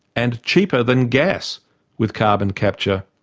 and cheaper than gas with carbon capture.